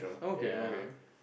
okay okay